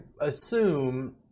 assume